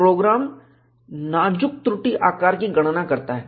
programme नाजुक त्रुटि आकार की गणना करता है